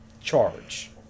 charge